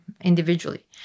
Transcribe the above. individually